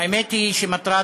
האמת היא שמטרת